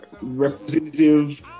representative